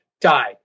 died